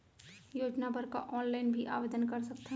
योजना बर का ऑनलाइन भी आवेदन कर सकथन?